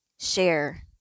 share